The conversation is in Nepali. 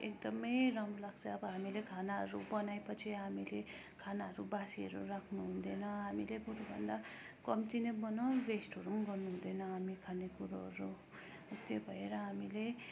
एकदमै राम्रो लाग्छ अब हामीले खानाहरू बनाए पछि हामीले खानाहरू बासीहरू राख्नु हुँदैन हामीले बरुभन्दा कम्ती नै बनाउँ वेस्टहरू पनि गर्नु हुँदैन हामी खाने कुरोहरू त्यही भएर हामीले